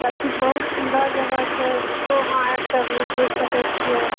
सबकिछु बहुत सुन्दर जगह छै ओतहु अहाँ आबिके घुमि फिरि सकै छिए